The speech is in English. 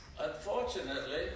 Unfortunately